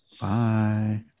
Bye